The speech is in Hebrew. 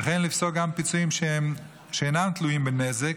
וכן לפסוק פיצויים שאינם תלויים בנזק,